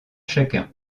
chacun